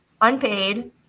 Unpaid